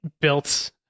built